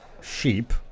sheep